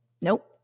Nope